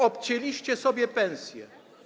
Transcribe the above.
Obcięliście sobie pensje.